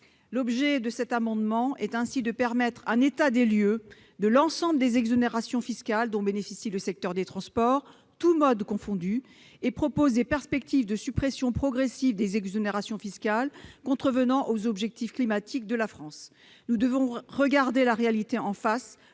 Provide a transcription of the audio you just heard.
Par cet amendement, nous proposons de dresser un état des lieux de l'ensemble des exonérations fiscales dont bénéficie le secteur des transports, tous modes confondus, et de dessiner les perspectives d'une suppression progressive des exonérations fiscales contrevenant aux objectifs climatiques de la France. Nous devons regarder la réalité en face,